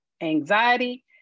anxiety